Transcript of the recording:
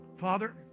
Father